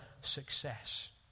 success